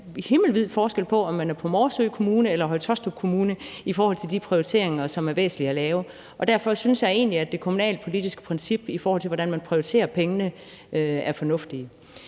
Og der er himmelvid forskel på, om man er Morsø Kommune eller Høje-Taastrup Kommune i forhold til de prioriteringer, som er væsentlige at foretage. Derfor synes jeg egentlig, det kommunalpolitiske princip, i forhold til hvordan man prioriterer pengene, er fornuftigt.